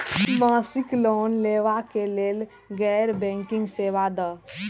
मासिक लोन लैवा कै लैल गैर बैंकिंग सेवा द?